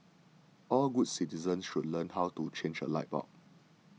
all good citizens should learn how to change a light bulb